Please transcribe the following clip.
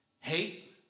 hate